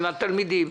עם התלמידים,